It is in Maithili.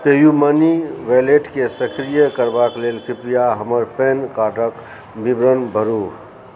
पेयूमनी वैलेटकेँ सक्रीय करबाक लेल कृपया हमर पैन कार्ड क विवरण भरु